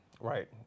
Right